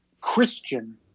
Christian